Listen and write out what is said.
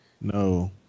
No